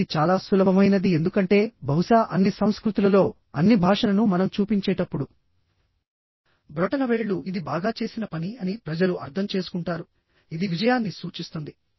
పదవది చాలా సులభమైనది ఎందుకంటే బహుశా అన్ని సంస్కృతులలోఅన్ని భాషలను మనం చూపించేటప్పుడు బ్రొటనవేళ్లుఇది బాగా చేసిన పని అని ప్రజలు అర్థం చేసుకుంటారు ఇది విజయాన్ని సూచిస్తుంది